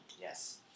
Yes